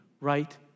right